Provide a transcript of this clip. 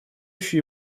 еще